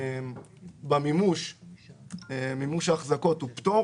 אני מדבר